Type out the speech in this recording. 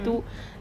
mm